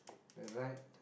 the right